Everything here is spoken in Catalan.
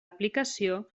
aplicació